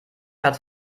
hat